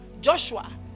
joshua